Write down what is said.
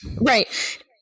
right